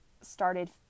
started